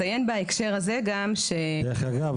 דרך אגב,